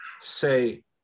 say